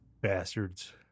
Bastards